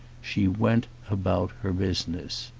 she went about her business.